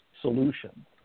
solution